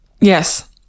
Yes